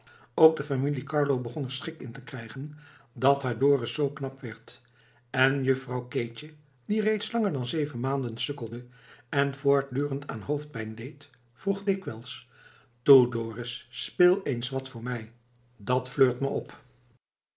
ook de familie carlo begon er schik in te krijgen dat haar dorus zoo knap werd en juffrouw keetje die reeds langer dan zeven maanden sukkelde en voortdurend aan hoofdpijn leed vroeg dikwijls toe dorus speel eens wat voor mij dat fleurt me op